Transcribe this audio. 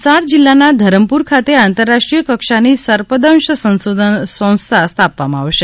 વલસાડ જીલ્લાના ધરમપુર ખાતે આંતરરાષ્ટ્રીય કક્ષાની સર્પદંશ સંશોધન સંસ્થા સ્થાપવામાં આવશે